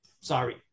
Sorry